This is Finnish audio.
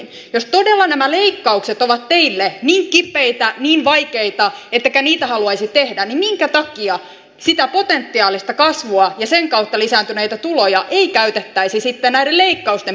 jos todella nämä leikkaukset ovat teille niin kipeitä niin vaikeita ettekä niitä haluaisi tehdä niin minkä takia sitä potentiaalista kasvua ja sen kautta lisääntyneitä tuloja ei käytettäisi sitten näiden leikkausten perumiseen